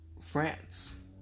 France